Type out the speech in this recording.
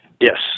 Yes